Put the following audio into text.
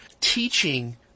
teaching